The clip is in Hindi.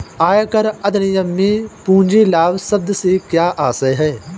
आयकर अधिनियम में पूंजी लाभ शब्द से क्या आशय है?